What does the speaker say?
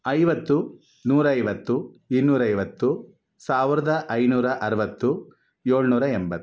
ಐವತ್ತು ನೂರೈವತ್ತು ಇನ್ನೂರೈವತ್ತು ಸಾವಿರದ ಐನೂರ ಅರವತ್ತು ಏಳ್ನೂರ ಎಂಬತ್ತು